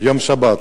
יום שבת,